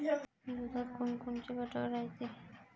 दुधात कोनकोनचे घटक रायते?